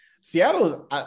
Seattle